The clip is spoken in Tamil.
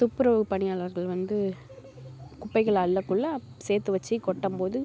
துப்புரவு பணியாளர்கள் வந்து குப்பைகளை அள்ளக்குள்ள சேர்த்து வச்சு கொட்டும் போது